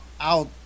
out